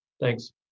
Thanks